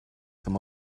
them